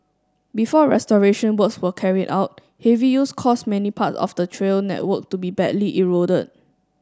before restoration works were carried out heavy use caused many parts of the trail network to be badly eroded